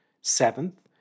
Seventh